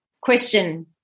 question